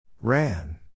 Ran